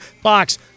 Fox